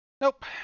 Nope